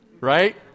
Right